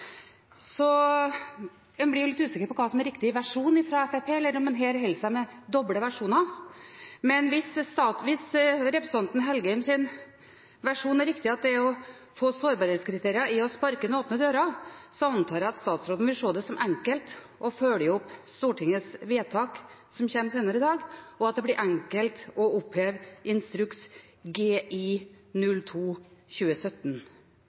Så en blir jo litt usikker på hva som er riktig versjon fra Fremskrittspartiet, eller om en her holder seg med doble versjoner. Men hvis representanten Engen-Helgheims versjon er riktig, at det å få sårbarhetskriterier er å sparke inn åpne dører, antar jeg at statsråden vil se det som enkelt å følge opp Stortingets vedtak, som blir gjort senere i dag, og at det blir enkelt å oppheve instruks